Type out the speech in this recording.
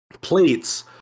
plates